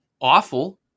awful